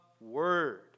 word